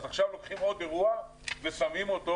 אז עכשיו לוקחים עוד אירוע ושמים אותו